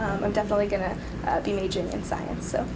i'm definitely going to be majoring in science so